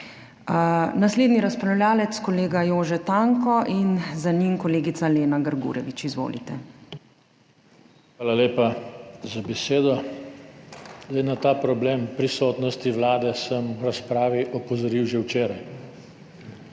Naslednji razpravljavec je kolega Jože Tanko in za njim kolegica Lena Grgurevič. Izvolite. **JOŽE TANKO (PS SDS):** Hvala lepa za besedo. Na ta problem prisotnosti vlade sem v razpravi opozoril že včeraj.